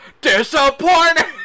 DISAPPOINTED